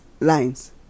lines